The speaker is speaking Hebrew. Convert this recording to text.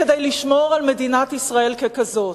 כדי לשמור על מדינת ישראל ככזאת?